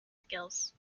skills